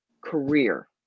career